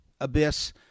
abyss